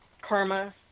karma